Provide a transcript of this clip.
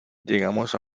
llegamos